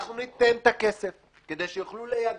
אנחנו ניתן את הכסף כדי שיוכלו ליידע,